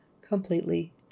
completely